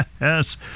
yes